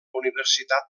universitat